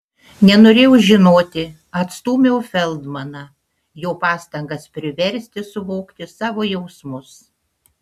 nenorėjau žinoti atstūmiau feldmaną jo pastangas priversti suvokti savo jausmus